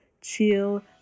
Chill